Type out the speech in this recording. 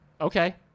Okay